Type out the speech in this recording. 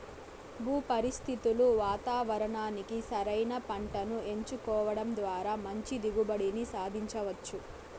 భూ పరిస్థితులు వాతావరణానికి సరైన పంటను ఎంచుకోవడం ద్వారా మంచి దిగుబడిని సాధించవచ్చు